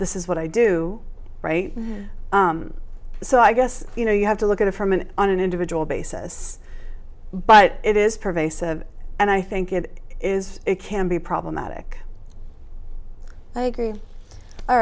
this is what i do right so i guess you know you have to look at it from an on an individual basis but it is pervasive and i think it is it can be problematic